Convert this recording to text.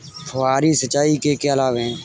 फुहारी सिंचाई के क्या लाभ हैं?